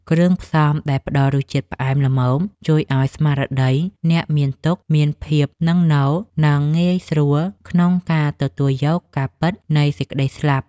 គ្រឿងផ្សំដែលផ្តល់រសជាតិផ្អែមល្មមជួយឱ្យស្មារតីអ្នកមានទុក្ខមានភាពនឹងនរ និង ងាយស្រួលក្នុងការទទួលយកការពិតនៃសេចក្តីស្លាប់។